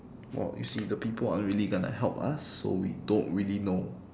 well you see the people aren't really gonna help us so we don't really know